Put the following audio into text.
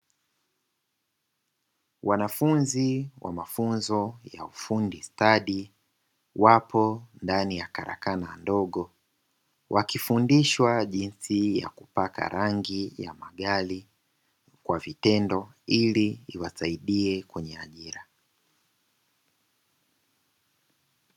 Wanafunzi wa mafunzo ya ufundi stadi wapo ndani karakana ndogo, wakifundishwa jinsi ya kupaka rangi ya magari kwa vitendo ili iwasaidie kwenye ajira.